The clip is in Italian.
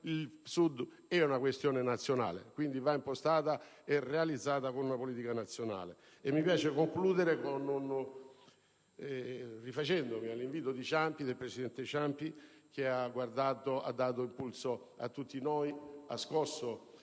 Il Sud è una questione nazionale; quindi, va impostata e affrontata con una politica nazionale. Vorrei concludere il mio intervento rifacendomi all'invito del presidente Ciampi che ha dato impulso a tutti noi, ha scosso